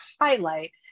highlight